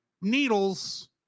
needles